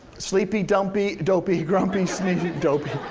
sleepy, dumpy, dopey, grumpy, sneezy, dopey,